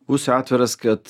būsiu atviras kad